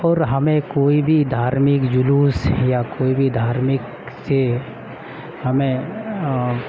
اور ہمیں کوئی بھی دھارمک جلوس یا کوئی بھی دھارمک سے ہمیں